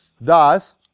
thus